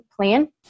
plan